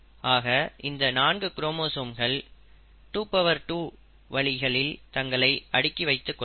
ஆக இந்த நான்கு குரோமோசோம்கள் 22 வழிகளில் தங்களை அடுக்கி வைத்து கொள்ளலாம்